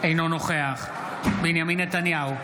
אינו נוכח בנימין נתניהו,